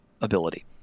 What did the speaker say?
ability